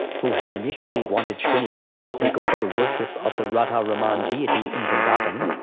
who had initially wanted shrinivas to take over the worship of the radha-raman deity in vrindavan,